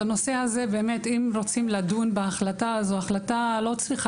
אם רוצים לדון בהחלטה אז ההחלטה לא צריכה